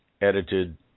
edited